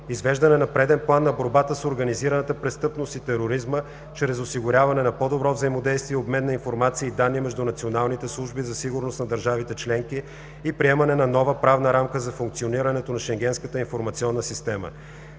извеждане на преден план на борбата с организираната престъпност и тероризма чрез осигуряване на по-добро взаимодействие и обмен на информация и данни между националните служби за сигурност на държавите членки и приемане на нова правна рамка за функционирането на Шенгенската информационна система;